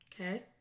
Okay